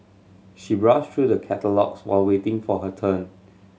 she browsed through the catalogues while waiting for her turn